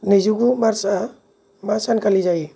नैजिगु मार्चआ मा सानखालि जायो